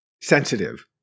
sensitive